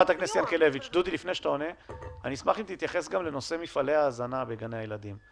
אני אשמח אם תתייחס גם לנושא ההזנה בגני הילדים.